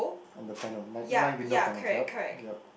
on the panel nine nine window panels yup yup